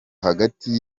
hagati